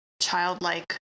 childlike